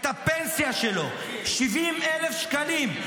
את הפנסיה שלו, 70,000 שקלים.